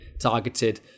targeted